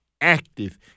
active